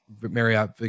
marriott